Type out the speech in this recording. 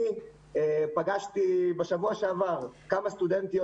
פגשתי בשבוע שעבר כמה סטודנטיות,